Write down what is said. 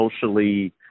socially